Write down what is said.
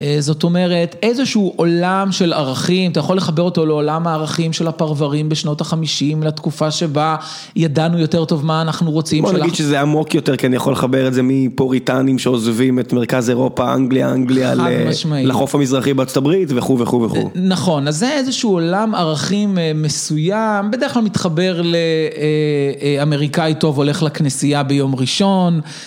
זאת אומרת, איזשהו עולם של ערכים, אתה יכול לחבר אותו לעולם הערכים של הפרוורים בשנות ה-50, לתקופה שבה ידענו יותר טוב מה אנחנו רוצים. בוא נגיד שזה עמוק יותר, כי אני יכול לחבר את זה מפוריטנים שעוזבים את מרכז אירופה, אנגליה, אנגליה, חד משמעי, לחוף המזרחי בארצות הברית וכו' וכו'. נכון, אז זה איזשהו עולם ערכים מסוים, בדרך כלל מתחבר לאמריקאי טוב הולך לכנסייה ביום ראשון,